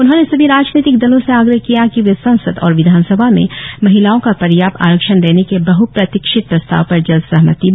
उन्होंने सभी राजनीतिक दलों से आग्रह किया कि वे संसद और विधानसभा में महिलाओं को पर्याप्त आरक्षण देने के बहप्रतीक्षित प्रस्ताव पर जल्द सहमति बनाए